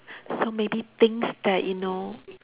so maybe things that you know